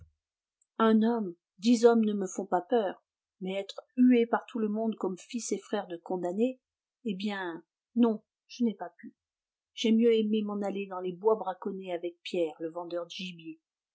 un homme dix hommes ne me font pas peur mais être hué par tout le monde comme fils et frère de condamné eh bien non je n'ai pas pu j'ai mieux aimé m'en aller dans les bois braconner avec pierre le vendeur de gibier